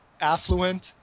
affluent